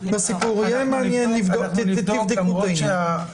ויהיה מעניין לבדוק, תבדקו את העניין.